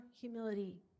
humility